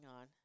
on